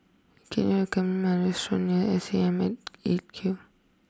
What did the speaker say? can you recommend me a restaurant near S A M at eight Q